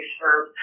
serve